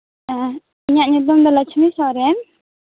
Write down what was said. ᱦᱮᱸ ᱤᱧᱟᱹᱜ ᱧᱩᱛᱩᱢ ᱫᱚ ᱞᱚᱪᱷᱢᱤ ᱥᱚᱨᱮᱱ